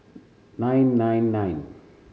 nine nine nine